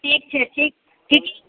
ठीक छै ठीक ठीक